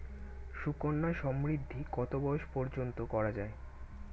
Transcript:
সুকন্যা সমৃদ্ধী কত বয়স পর্যন্ত করা যায়?